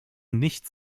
nicht